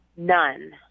none